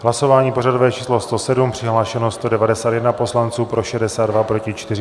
Hlasování pořadové číslo 107, přihlášeno 191 poslanců, pro 62, proti 4.